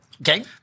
Okay